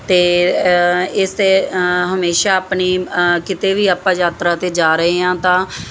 ਤੇ ਇਸ 'ਤੇ ਹਮੇਸ਼ਾ ਆਪਣੀ ਕਿਤੇ ਵੀ ਆਪਾਂ ਯਾਤਰਾ ਤੇ ਜਾ ਰਹੇ ਆਂ ਤਾਂ